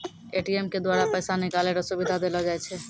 ATM के द्वारा पैसा निकालै रो सुविधा देलो जाय छै